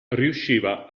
riusciva